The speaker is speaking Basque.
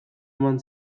eman